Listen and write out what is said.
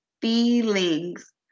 feelings